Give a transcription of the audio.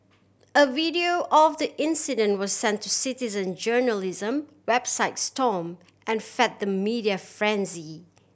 a video of the incident was sent to citizen journalism website stomp and fed the media frenzy